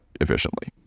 efficiently